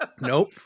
nope